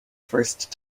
first